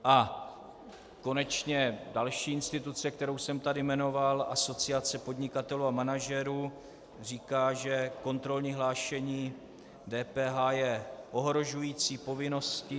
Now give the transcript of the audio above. A konečně další instituce, kterou jsem tady jmenoval, Asociace podnikatelů a manažerů, říká, že kontrolní hlášení DPH je ohrožující povinností.